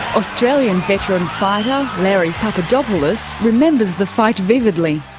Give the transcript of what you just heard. australian veteran fighter, larry papadopoulos, remembers the fight vividly.